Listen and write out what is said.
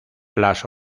las